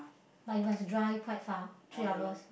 like you must drive quite far three hours